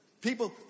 people